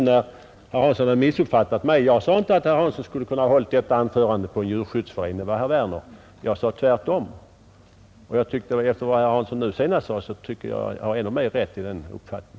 Det var inte jag som sade att herr Hansson lika väl hade kunnat hålla sitt anförande i en djurskyddsförening utan det var herr Werner. Jag var i stället av motsatt uppfattning. Herr Hanssons senaste anförande bekräftade att jag har rätt i den uppfattningen.